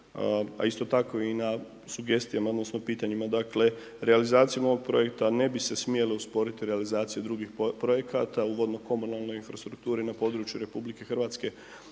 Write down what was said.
a isto tako i na sugestijama, odnosno pitanjima. Dakle, realizacijom ovog projekta ne bi se smjele usporiti realizacije drugih projekata u vodno komunalnoj infrastrukturi na području RH.